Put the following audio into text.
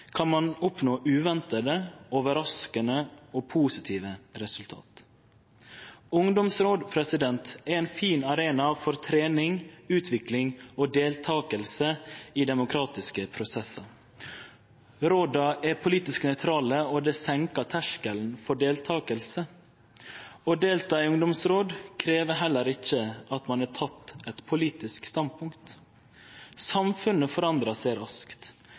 kan ein oppnå uventa, overraskande og positive resultat. Ungdomsråd er ein fin arena for trening, utvikling og deltaking i demokratiske prosessar. Råda er politisk nøytrale, og det senkar terskelen for deltaking. Å delta i ungdomsråd krev heller ikkje at ein har teke eit politisk standpunkt. Samfunnet forandrar seg raskt.